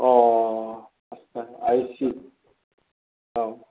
अ आच्चा आइ सि औ